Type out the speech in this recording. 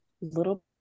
little